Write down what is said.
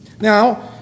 Now